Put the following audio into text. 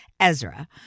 Ezra